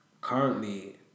Currently